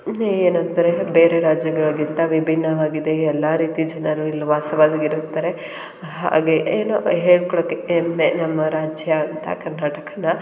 ಏನು ಅಂತಾರೆ ಬೇರೆ ರಾಜ್ಯಗಳಿಗಿಂತ ವಿಭಿನ್ನವಾಗಿದೆ ಎಲ್ಲ ರೀತಿ ಜನರು ಇಲ್ಲಿ ವಾಸವಾಗಿರುತ್ತಾರೆ ಹಾಗೆ ಏನೋ ಹೇಳ್ಕೊಳ್ಳೋಕ್ಕೆ ಹೆಮ್ಮೆ ನಮ್ಮ ರಾಜ್ಯ ಅಂತ ಕರ್ನಾಟಕನ